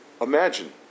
Imagine